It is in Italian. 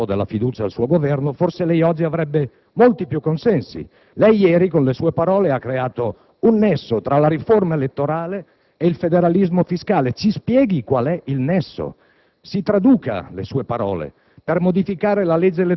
Se i senatori avessero saputo il valore del sì al rinnovo della fiducia al suo Governo, forse lei oggi avrebbe molti più consensi. Lei ieri, con le sue parole, ha creato un nesso tra la riforma elettorale e il federalismo fiscale. Ci spieghi qual è il nesso.